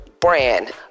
brand